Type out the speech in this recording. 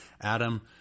Adam